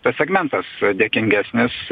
tas segmentas dėkingesnis